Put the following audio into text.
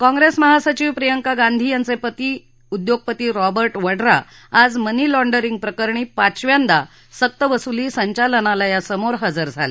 काँग्रेस महासचिव प्रियंका गांधी यांचे पती उद्योगपती रॉबर्ट वड्रा आज मनी लाँडरिंग प्रकरणी पाचव्यांदा सक्तवसुली संचालनालयासमोर हजर झाले